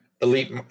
elite